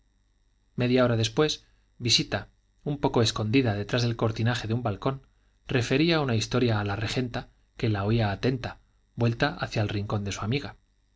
media hora después visita un poco escondida detrás del cortinaje de un balcón refería una historia a la regenta que la oía atenta vuelta hacia el rincón de su amiga